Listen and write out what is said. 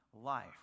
life